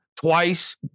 twice